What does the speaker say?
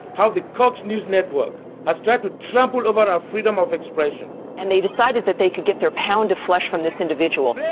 how the cocks news network has tried to trample over our freedom of expression. and they decided that they could get their pound of flesh from this individual.